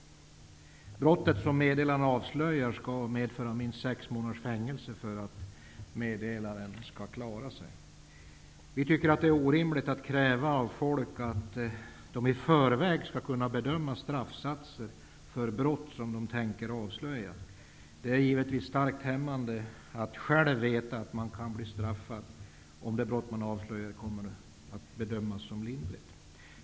Brottet som meddelaren avslöjar skall medföra sex månaders fängelse för att meddelaren skall klara sig. Vänsterpartiet tycker att det är orimligt att kräva av folk att de i förväg skall kunna bedöma straffsatser för brott som de tänker avslöja. Det är givetvis starkt hämmande att veta att man själv kan bli straffad om det brott man avslöjar bedöms som lindrigt.